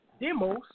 demos